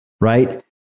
right